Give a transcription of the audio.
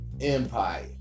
Empire